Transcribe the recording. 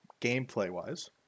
gameplay-wise